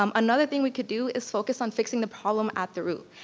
um another thing we could do is focus on fixing the problem at the root.